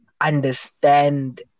understand